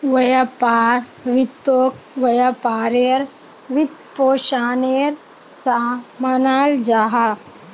व्यापार वित्तोक व्यापारेर वित्त्पोशानेर सा मानाल जाहा